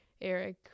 Eric